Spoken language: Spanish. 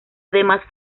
además